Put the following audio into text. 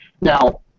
Now